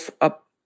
up